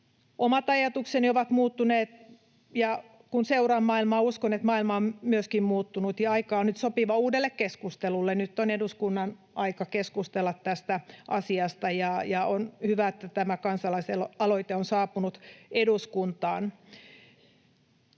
Omat ajatukseni ovat muuttuneet, ja kun seuraan maailmaa, uskon, että maailma on myöskin muuttunut ja aika on nyt sopiva uudelle keskustelulle. Nyt on eduskunnan aika keskustella tästä asiasta, ja on hyvä, että tämä kansalaisaloite on saapunut eduskuntaan.